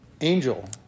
angel